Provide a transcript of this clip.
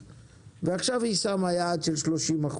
ועכשיו היא קבעה יעד של 30%,